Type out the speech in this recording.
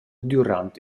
dürant